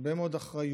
הרבה מאוד אחריות,